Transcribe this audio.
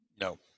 No